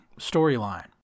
storyline